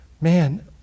Man